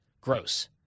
gross